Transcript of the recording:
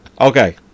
Okay